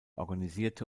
organisierte